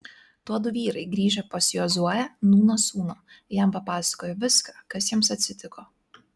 tuodu vyrai grįžę pas jozuę nūno sūnų jam papasakojo visa kas jiems atsitiko